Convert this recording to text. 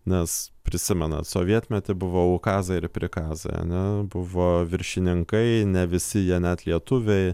nes prisimenat sovietmetį buvau kaza ir prikaza ane buvo viršininkai ne visi jie net lietuviai